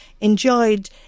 Enjoyed